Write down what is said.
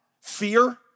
fear